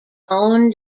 own